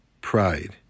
pride